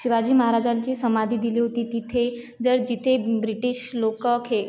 शिवाजी महाराजांची समाधी दिली होती तिथे जर जिथे ब्रिटिश लोकं खे